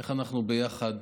איך אנחנו ביחד